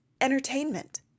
entertainment